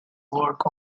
work